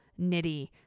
Nitty